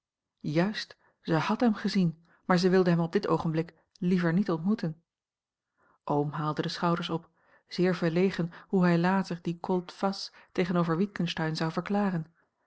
juist zij had hem gezien maar zij wilde hem op dit oogenblik liever niet ontmoeten oom haalde de schouders op zeer verlegen hoe hij later die colte face tegenover witgensteyn zou verklaren